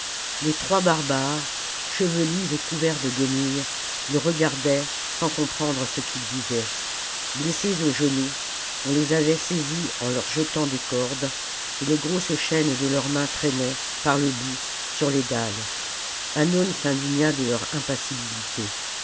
les trois barbares chevelus et couverts de guenilles le regardaient sans comprendre ce qu'il disait blessés aux genoux on les avait saisis en leur jetant des cordes et les grosses chaînes de leurs mains traînaient par le bout sur les dalles hannon s'indigna de leur impassibilité